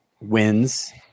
wins